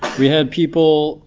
we had people